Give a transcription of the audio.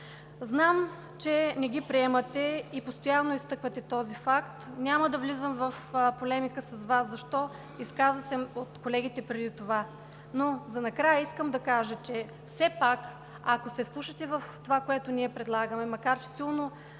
Знам, че не ги приемате и постоянно изтъквате този факт. Няма да влизам в полемика с Вас. Защо? Изказа се един от колегите преди това. И накрая, ако все пак се вслушате в това, което ние предлагаме, макар че силно